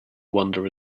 wander